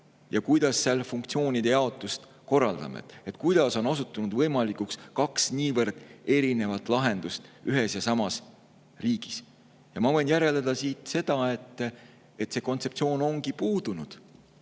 ja kuidas seal funktsioonide jaotust korraldame? Kuidas on osutunud võimalikuks kaks niivõrd erinevat lahendust ühes ja samas riigis? Ma võin järeldada seda, et kontseptsioon ongi puudunud,